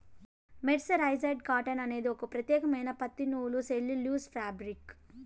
mercerised cotton అనేది ఒక ప్రత్యేకమైన పత్తి నూలు సెల్యులోజ్ ఫాబ్రిక్